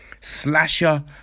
Slasher